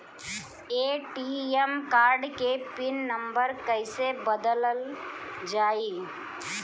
ATM card के pin number कईसे बदलल जाई?